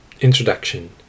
Introduction